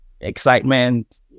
excitement